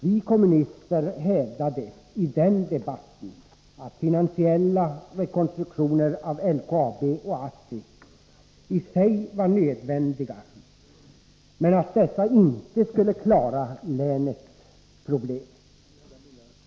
Vi kommunister hävdade i den debatten att finansiella rekonstruktioner av LKAB och ASSI i sig var nödvändiga, men att dessa inte skulle klara länets problem.